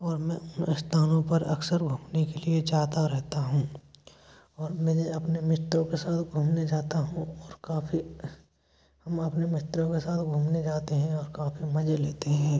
और मैं उन स्थानों पर अक्सर घूमने के लिए जाता रहता हूँ और मैं अपने मित्रों के साथ घूमने जाता हूँ और काफ़ी हम अपने मित्रों के साथ घूमने जाते हैं और काफ़ी मजे लेते हैं